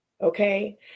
Okay